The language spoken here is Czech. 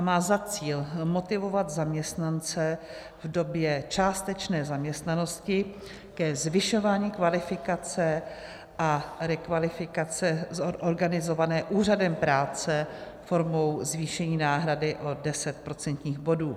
Má za cíl motivovat zaměstnance v době částečné zaměstnanosti ke zvyšování kvalifikace a rekvalifikace organizované úřadem práce formou zvýšení náhrady o deset procentních bodů.